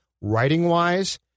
writing-wise